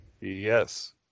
Yes